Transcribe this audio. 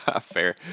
Fair